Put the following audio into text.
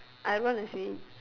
I want to see